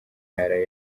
yari